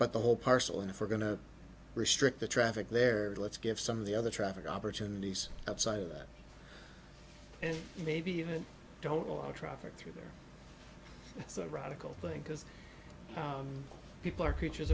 but the whole parcel and if we're going to restrict the traffic there let's give some of the other traffic opportunities outside of that and maybe even don't want to traffic through it's a radical thing because people are creatures